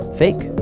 fake